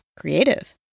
Creative